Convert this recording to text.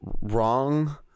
wrong